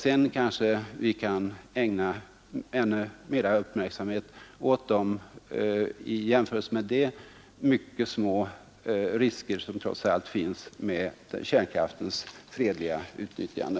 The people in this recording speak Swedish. Sedan kanske vi kan ägna mera uppmärksamhet åt de i jämförelse med detta trots allt mycket små risker som är förknippade med kärnkraftens fredliga utnyttjande.